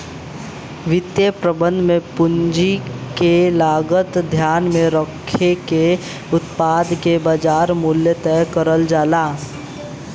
वित्तीय प्रबंधन में पूंजी क लागत ध्यान में रखके उत्पाद क बाजार मूल्य तय करल जाला